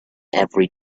every